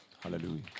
Hallelujah